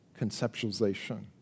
conceptualization